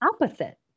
opposite